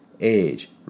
age